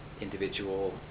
individual